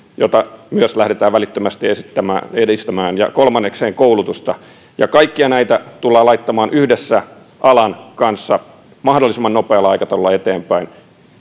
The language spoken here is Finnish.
jota myös lähdetään välittömästi edistämään ja kolmannekseen koulutusta kaikkia näitä tullaan laittamaan yhdessä alan kanssa mahdollisimman nopealla aikataululla eteenpäin